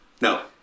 no